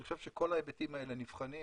אני חושב שכל ההיבטים האלה נבחנים,